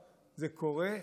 זה קורה,